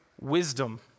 wisdom